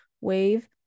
wave